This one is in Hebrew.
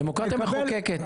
דמוקרטיה מתגוננת.